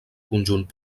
conjunt